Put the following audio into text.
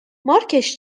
مارکش